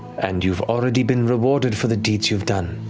and you've already been rewarded for the deeds you've done.